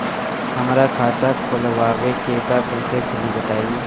हमरा खाता खोलवावे के बा कइसे खुली बताईं?